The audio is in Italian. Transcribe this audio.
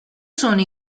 sono